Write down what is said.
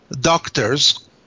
doctors